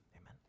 amen